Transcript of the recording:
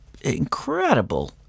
incredible